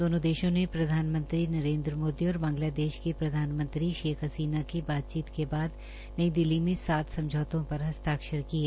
दोनो देशों ने प्रधान मंत्री नरेन्द्र मोदी और बांगलादेश की प्रधान मंत्री शेख हसीना की बातचीत के बाद नई दिल्ली में सात समझौतों पर हस्ताक्षर किए